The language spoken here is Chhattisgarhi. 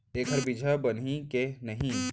एखर बीजहा बनही के नहीं?